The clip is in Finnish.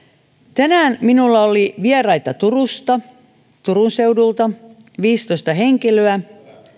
tänään minulla oli vieraita turusta turun seudulta viisitoista henkilöä